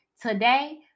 Today